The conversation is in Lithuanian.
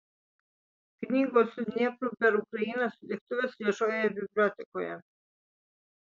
knygos dniepru per ukrainą sutiktuvės viešojoje bibliotekoje